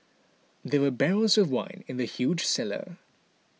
there were barrels of wine in the huge cellar